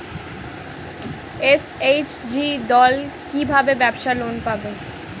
SHG দল কী ভাবে ব্যাবসা লোন পাবে?